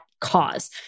cause